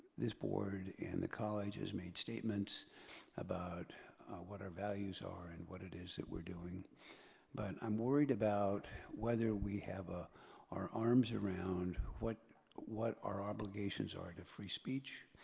this board and the college has made statements about what our values are and what it is that we're doing but i'm worried about whether we have ah our arms around what what our obligations are to free speech,